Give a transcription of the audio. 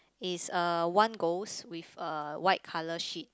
it's uh one ghost with a white colour sheet